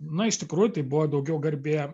na iš tikrųjų tai buvo daugiau garbė